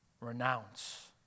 renounce